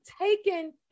taken